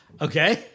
okay